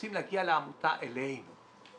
רוצים להגיע לעמותה, אלינו.